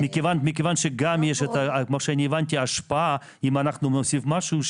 מכיוון שגם יש את ההשפעה אם אנחנו נוסיף משהו,